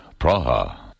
Praha